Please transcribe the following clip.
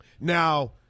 Now